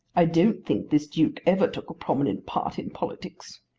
i don't think this duke ever took a prominent part in politics.